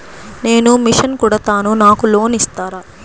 నేను మిషన్ కుడతాను నాకు లోన్ ఇస్తారా?